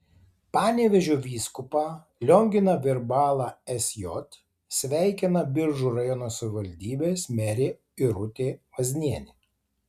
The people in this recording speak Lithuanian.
panevėžio vyskupą lionginą virbalą sj sveikina biržų rajono savivaldybės merė irutė vaznienė